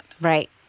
Right